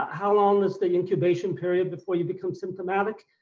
how long is the incubation period before you become symptomatic,